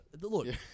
look